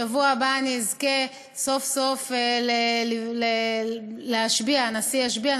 בשבוע הבא אזכה סוף-סוף להשביע הנשיא ישביע,